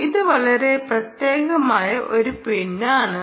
ഇത് വളരെ പ്രത്യേകമായ ഒരു പിൻ ആണ്